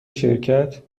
شرکت